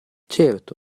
certo